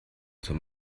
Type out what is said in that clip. zum